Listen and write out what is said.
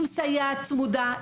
עם סייעת צמודה,